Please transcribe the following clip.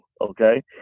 Okay